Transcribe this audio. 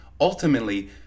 ultimately